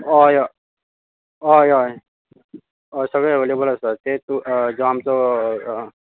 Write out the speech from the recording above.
हय हय हय सगळे अवेलेबल आसा ते तूं जो आमचो